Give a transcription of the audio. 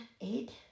eight